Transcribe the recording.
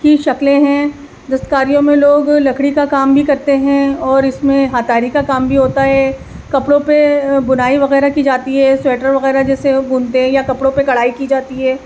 کی شکلیں ہیں دستکاریوں میں لوگ لکڑی کا کام بھی کرتے ہیں اور اس میں ہاتاڑی کا کام بھی ہوتا ہے کپڑوں پہ بنائی وغیرہ کی جاتی ہے سوئٹر وغیرہ جیسے وہ بنتے ہیں یا کپڑوں پہ کڑھائی کی جاتی ہے